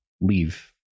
leave